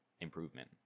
improvement